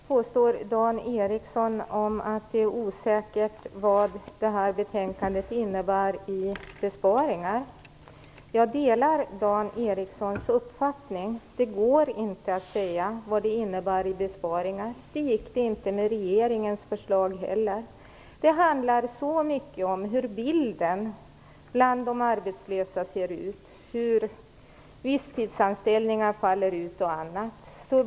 Fru talman! Dan Ericsson påstår att det råder osäkerhet om vad betänkandet innebär i besparingar. Jag delar Dan Ericssons uppfattning. Det går inte att säga vad det innebär i besparingar. Det gick inte heller med regeringens förslag. Det handlar så mycket om hur de arbetslösas situation ser ut och hur visstidsanställningar faller ut etc.